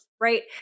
right